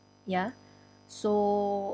ya so